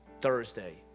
Thursday